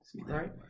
Right